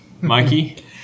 Mikey